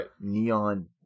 neon